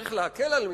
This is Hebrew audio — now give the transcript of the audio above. צריך להקל על מישהו,